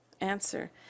answer